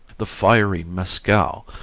the fiery mescal,